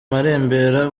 marembera